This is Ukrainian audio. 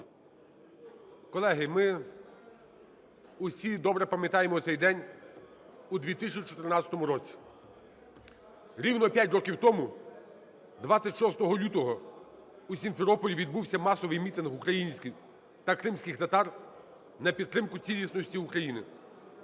Колеги, ми всі добре пам'ятаємо цей день у 2014 році. Рівно 5 років тому, 26 лютого, у Сімферополі відбувся масовий мітинг українців та кримських татар на підтримку цілісності України.